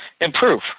improve